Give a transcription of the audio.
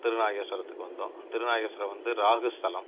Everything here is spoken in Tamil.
திருநாகேஸ்வரத்துக்கு வந்தோம் திருநாகேஸ்வரம் வந்து ராகு ஸ்தலம்